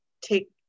take